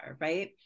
right